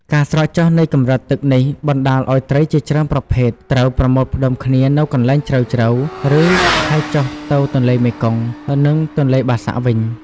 ការស្រកចុះនៃកម្រិតទឹកនេះបណ្តាលឱ្យត្រីជាច្រើនប្រភេទត្រូវប្រមូលផ្តុំគ្នានៅកន្លែងជ្រៅៗ ឬហែលចុះទៅទន្លេមេគង្គ និងទន្លេបាសាក់វិញ។